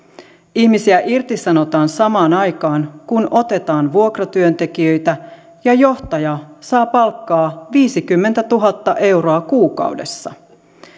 ihmisiä irtisanotaan samaan aikaan kun otetaan vuokratyöntekijöitä ja johtaja saa palkkaa viisikymmentätuhatta euroa kuukaudessa